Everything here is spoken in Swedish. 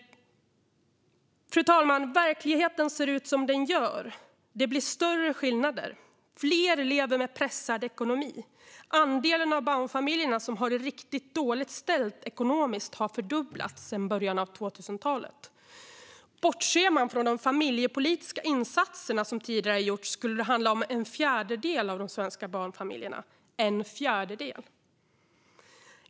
Fru talman! Verkligheten ser ut som den gör. Det blir större skillnader. Fler lever med pressad ekonomi. Andelen barnfamiljer som har det riktigt dåligt ställt ekonomiskt har fördubblats sedan början av 2000-talet. Bortser man från de familjepolitiska insatserna som tidigare gjorts skulle det handla om en fjärdedel av de svenska barnfamiljerna. En fjärdedel!